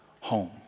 home